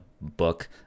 book